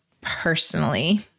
personally